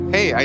Hey